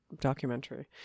documentary